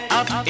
up